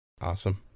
Awesome